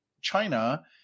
China